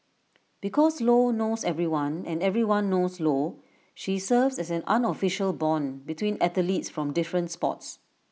because lo knows everyone and everyone knows lo she serves as an unofficial Bond between athletes from different sports